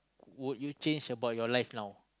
would you change about your life now